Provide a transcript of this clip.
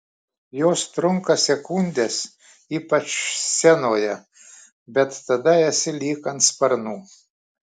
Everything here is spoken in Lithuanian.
jos trunka sekundes ypač scenoje bet tada esi lyg ant sparnų